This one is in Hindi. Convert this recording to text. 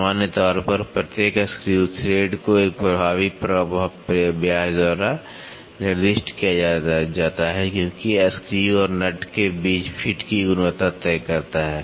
सामान्य तौर पर प्रत्येक स्क्रू थ्रेड को एक प्रभावी व्यास द्वारा निर्दिष्ट किया जाता है क्योंकि यह स्क्रू और नट के बीच फिट की गुणवत्ता तय करता है